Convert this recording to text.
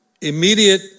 immediate